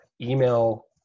email